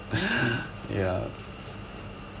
ya